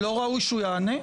לא ראוי שהוא יענה?